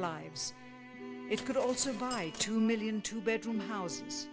lives it could also buy two million two bedroom houses